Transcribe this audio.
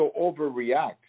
overreact